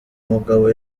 mugabo